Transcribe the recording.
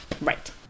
right